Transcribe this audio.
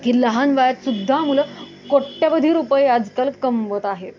की लहान वयातसुद्धा मुलं कोट्ट्यावधी रुपये आजकाल कमवत आहेत